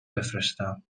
بفرستم